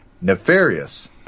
nefarious